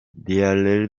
diğerleri